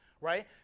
right